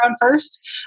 first